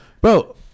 bro